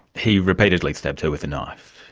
he repeatedly stabbed her with a knife.